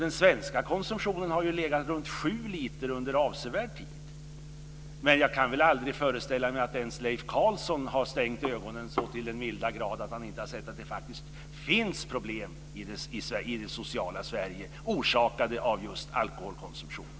Den svenska konsumtionen har under avsevärd tid legat på ungefär sju liter, men jag kan väl aldrig föreställa mig att ens Leif Carlson har stängt ögonen så till den milda grad att han inte har sett att det faktiskt finns sociala problem i Sverige orsakade av alkoholkonsumtionen.